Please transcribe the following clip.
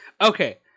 Okay